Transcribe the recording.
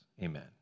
amen